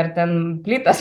ar ten plytas